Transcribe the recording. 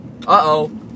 Uh-oh